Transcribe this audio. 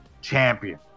champion